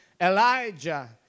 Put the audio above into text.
Elijah